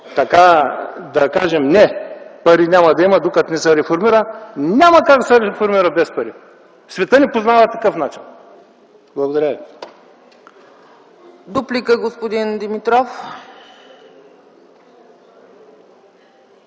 така да кажем: „Не, пари няма да има, докато не се реформира”, няма как да се реформира без пари. Светът не познава такъв начин. Благодаря Ви.